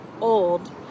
old